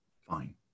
Fine